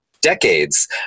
decades